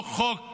לא תיקון חוק